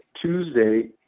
Tuesday